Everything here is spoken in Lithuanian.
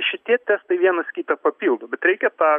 šitie testai vienas kitą papildo bet reikia tą